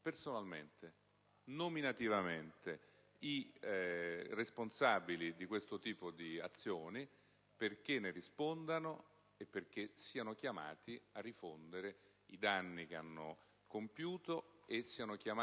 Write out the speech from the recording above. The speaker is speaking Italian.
personalmente, nominativamente, i responsabili di questo tipo di azioni, perché ne rispondano e perché siano chiamati a rifondere i danni che hanno compiuto, rispondendo